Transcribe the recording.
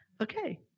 Okay